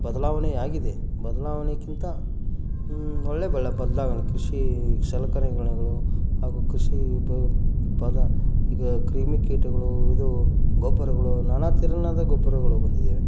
ಬದಲಾವಣೆಯಾಗಿದೆ ಬದಲಾವಣೆಗಿಂತ ಒಳ್ಳೆಯ ಬೆಳ್ ಬದಲಾವಣೆ ಕೃಷಿ ಸಲಕರಣೆಗಳು ಹಾಗು ಕೃಷಿ ಇದು ಪದ ಇದು ಕ್ರಿಮಿಕೀಟಗಳು ಇದು ಗೊಬ್ಬರಗಳು ನಾನಾ ತೆರನಾದ ಗೊಬ್ಬರಗಳು ಬಂದಿದೆ